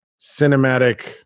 cinematic